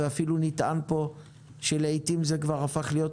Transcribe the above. ואפילו נטען פה שלעתים זה כבר הפך להיות